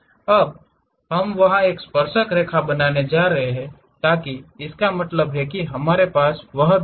अब हम वहां एक स्पर्शरेखा बनाने जा रहे हैं ताकि इसका मतलब है हमारे पास वह बिंदु है